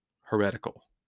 heretical